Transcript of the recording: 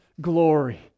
glory